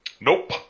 Nope